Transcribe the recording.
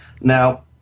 Now